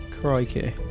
Crikey